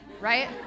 right